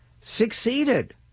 succeeded